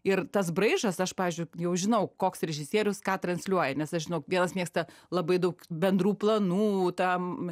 ir tas braižas aš pavyzdžiui jau žinau koks režisierius ką transliuoja nes aš žinau vienas mėgsta labai daug bendrų planų tam